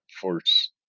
force